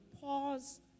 pause